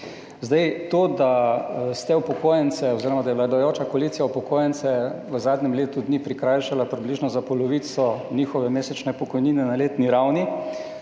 pol. To, da ste upokojence oziroma da je vladajoča koalicija upokojence v zadnjem letu dni prikrajšala za približno polovico njihove mesečne pokojnine na letni ravni,